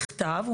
בכתב.